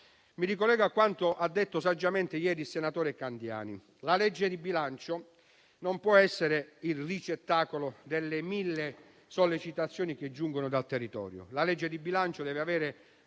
Mi ricollego a quanto detto saggiamente ieri dal senatore Candiani. La legge di bilancio non può essere il ricettacolo delle mille sollecitazioni che giungono dal territorio, ma deve avere